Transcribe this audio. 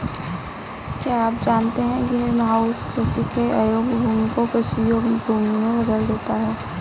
क्या आप जानते है ग्रीनहाउस कृषि के अयोग्य भूमि को कृषि योग्य भूमि में बदल देता है?